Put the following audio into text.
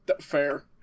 Fair